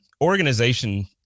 organization